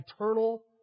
eternal